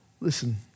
Listen